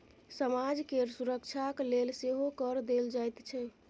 समाज केर सुरक्षाक लेल सेहो कर देल जाइत छै